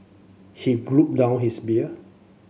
he down his beer